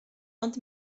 ond